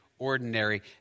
ordinary